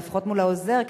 לפחות מול העוזר,